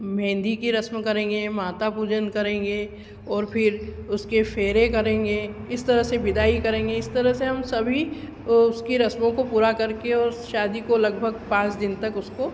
मेहंदी की रस्म करेंगे माता पूजन करेंगे और फ़िर उसके फेरे करेंगे इस तरह से बिदाई करेंगे इस तरह से हम सभी उसकी रस्मों को पूरा करके उस शादी को लगभग पाँच दिन तक उसको